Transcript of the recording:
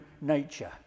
nature